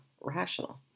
rational